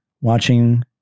watching